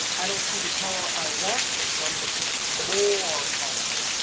i don't see the color i want. so i'm going to click more colors.